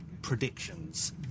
Predictions